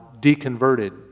deconverted